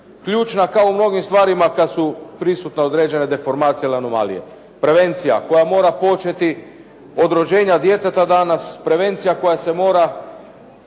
Ključna kao u mnogim stvarima kad su prisutne određene deformacije ili anomalije. Prevencija koja mora početi od rođenja djeteta danas, prevencija koja se mora